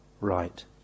right